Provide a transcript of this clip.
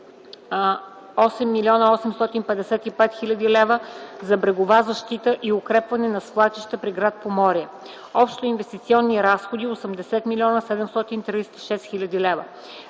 8 млн. 855 хил. лв. за брегова защита и укрепване на свлачища при гр. Поморие. Общо инвестиционни разходи – 80 млн. 736 хил. лв.